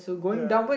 ya